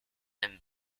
and